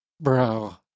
bro